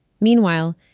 Meanwhile